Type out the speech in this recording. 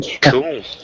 Cool